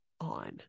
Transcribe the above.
on